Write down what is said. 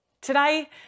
Today